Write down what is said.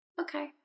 Okay